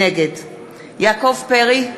נגד יעקב פרי,